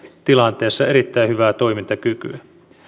tilanteessa erittäin hyvää toimintakykyä